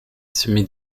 semi